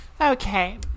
Okay